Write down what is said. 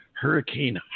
Hurricane